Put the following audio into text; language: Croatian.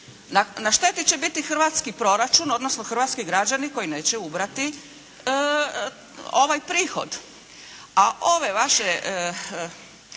Na šteti će biti hrvatski proračun, odnosno hrvatski građani koji neće ubrati ovaj prihod. A ove vaše